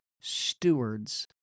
stewards